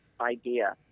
idea